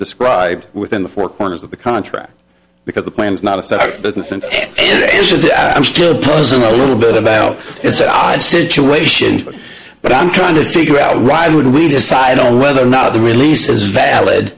described within the four corners of the contract because the plan is not to start a business and i'm still puzzled about is that odd situation but i'm trying to figure out why would we decide on whether or not the release is valid